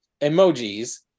emojis